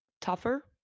tougher